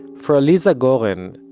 for aliza goren,